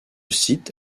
site